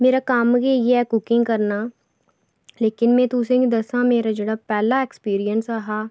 मेरा कम्म गै इ'यै कि कुकिंग करना लेकिन में तुसेंगी दस मेरा जेह्ड़ा पैह्ला एक्सपीरियंस हा